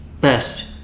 best